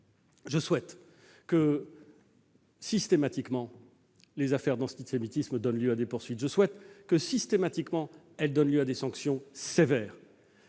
Je souhaite que, systématiquement, les affaires d'antisémitisme donnent lieu à des poursuites et je souhaite également que, systématiquement, elles donnent lieu à des sanctions sévères.